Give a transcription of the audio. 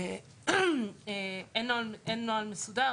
אין נוהל מסודר,